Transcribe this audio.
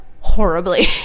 horribly